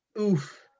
oof